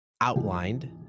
outlined